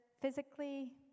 physically